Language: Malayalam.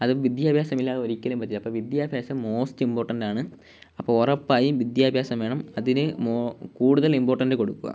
അത് വിദ്യാഭ്യാസമില്ലാതെ ഒരിക്കലും പറ്റില്ല അപ്പോൾ വിദ്യാഭ്യാസം മോസ്റ്റ് ഇമ്പോർട്ടന്റ് ആണ് അപ്പോൾ ഉറപ്പായും വിദ്യാഭ്യാസം വേണം അതിന് മോർ കൂടുതൽ ഇമ്പോർട്ടൻറ്റ് കൊടുക്കുക